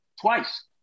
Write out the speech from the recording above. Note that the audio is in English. twice